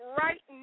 right